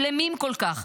שלמים כל כך,